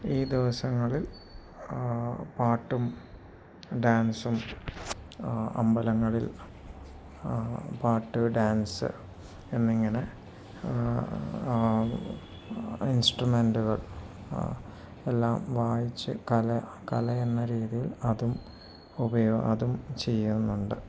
ഈ ദിവസങ്ങളിൽ പാട്ടും ഡാൻസും അമ്പലങ്ങളിൽ അ പാട്ട് ഡാൻസ് എന്നിങ്ങനെ ഇൻസ്ട്രമെന്റുകൾ എല്ലാം വായിച്ച് കല കല എന്ന രീതിയിൽ അതും അതും ചെയ്യുന്നുണ്ട്